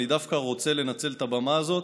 אני דווקא רוצה לנצל את הבמה הזאת